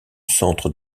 centre